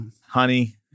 Honey